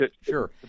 Sure